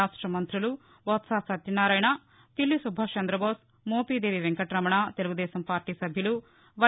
రాష్ట మంతులు బొత్స సత్యనారాయణ పిల్లి నుభాష్ చంద్రబోన్ మోపిదేవి వెంకటరమణ తెలుగుదేశం పార్టీ నభ్యులు వై